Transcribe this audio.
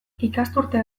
ikasturte